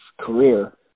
career